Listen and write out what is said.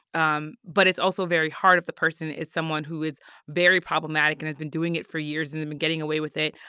um but it's also very hard if the person is someone who is very problematic and has been doing it for years. and they've been getting away with it,